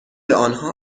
آنها